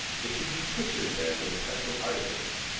it should be pictured there with special artifice,